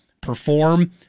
perform